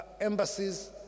embassies